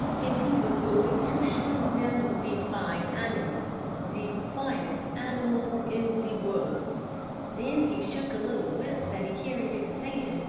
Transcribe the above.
and he was going to show zem ze fine animals, ze finest animals in ze world then he shook a little whip that he carried in his hand,